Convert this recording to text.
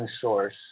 source